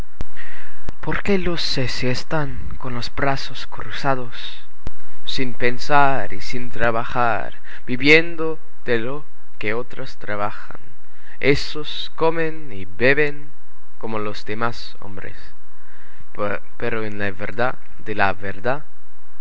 porque los que se están con los brazos cruzados sin pensar y sin trabajar viviendo de lo que otros trabajan ésos comen y beben como los demás hombres pero en la verdad de la verdad